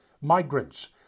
migrants